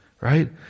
right